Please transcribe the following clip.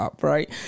right